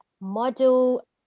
model